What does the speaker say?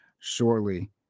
shortly